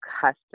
customer